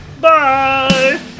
Bye